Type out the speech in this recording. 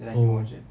oh